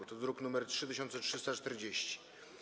Jest to druk nr 3340.